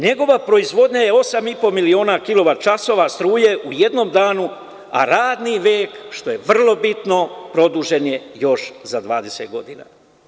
Njegova proizvodnja je 8,5 miliona kilovat časova struje u jednom danu, a radni vek, što je vrlo bitno, produžen je za još 20 godina.